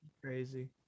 crazy